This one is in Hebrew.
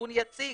ארגון יציג,